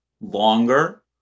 longer